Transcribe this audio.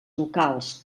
locals